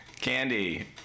Candy